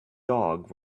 dog